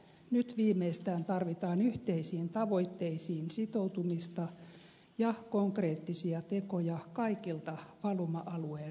nyt viimeistään tarvitaan yhteisiin tavoitteisiin sitoutumista ja konkreettisia tekoja kaikilta valuma alueen mailta